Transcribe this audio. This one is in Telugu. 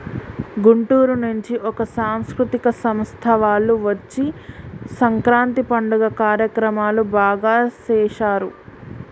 గుంటూరు నుంచి ఒక సాంస్కృతిక సంస్థ వాళ్ళు వచ్చి సంక్రాంతి పండుగ కార్యక్రమాలు బాగా సేశారు